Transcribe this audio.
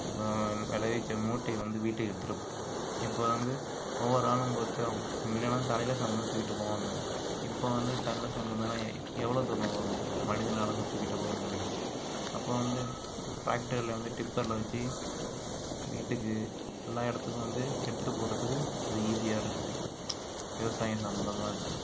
இப்போ விளைவிச்ச மூட்டையை வந்து வீட்டுக்கு எடுத்துட்டு போகணும் இப்போ வந்து ஒவ்வொரு ஆளும் பார்த்தா முன்னல்லாம் தலையில் சுமந்து தூக்கிட்டு போவாங்க இப்போ வந்து தலையில் சுமந்தனா எவ்வளோ தூரம் ஒரு மனிதனால் தான் தூக்கிட்டு போக முடியும் அப்போ வந்து டிராக்டரில் வந்து டிப்பரில் வச்சு வீட்டுக்கு எல்லா இடத்துக்கும் வந்து எடுத்துட்டு போகிறதுக்கு அது ஈஸியாக இருக்குது விவசாயம் சம்மந்தமாக இப்போ